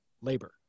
labor